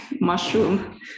mushroom